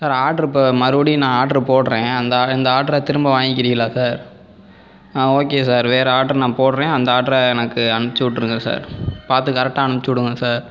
sir order இப்போ மறுபடியும் நான் ஆட்ரு போடறேன் அந்த இந்த ஆட்ரை திரும்ப வாங்கிக்கிறீங்களா சார் ஓகே சார் வேறு ஆட்ரு நான் போடுறேன் அந்த ஆட்ர எனக்கு அனுப்பிச்சுவுட்டுடுங்க சார் பார்த்து கரெக்டாக அனுப்பிச்சுவுடுங்க சார்